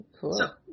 Cool